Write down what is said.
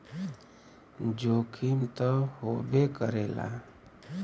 जोखिम त होबे करेला